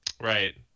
Right